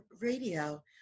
radio